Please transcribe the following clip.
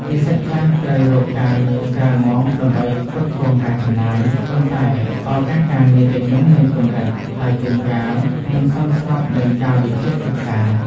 និស្សិតខ្លះត្រូវរកការងារក្រៅម៉ោងដើម្បីផ្គត់ផ្គង់ការចំណាយ ប៉ុន្តែឱកាសការងារទាំងនោះមានកម្រិត ហើយជួនកាលមិនសមស្របនឹងកាលវិភាគសិក្សា។